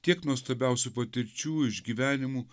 tiek nuostabiausių patirčių išgyvenimų